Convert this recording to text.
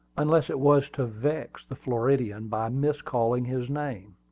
unless it was to vex the floridian by miscalling his name.